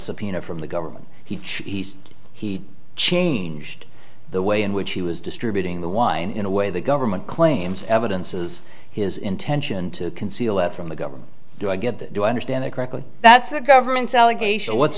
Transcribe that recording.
subpoena from the government he changed the way in which he was distributing the wine in a way the government claims evidences his intention to conceal that from the government do i get that do i understand it correctly that's the government's allegation what's